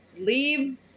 Leave